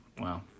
Wow